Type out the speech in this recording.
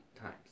times